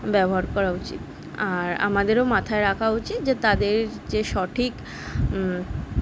ব্যবহার করা উচিত আর আমাদেরও মাথায় রাখা উচিত যে তাদের যে সঠিক